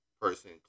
person